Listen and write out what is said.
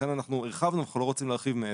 אנחנו הרחבנו ואנחנו לא רוצים להרחיב מעבר.